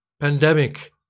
pandemic